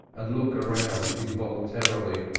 and look round involuntarily,